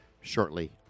shortly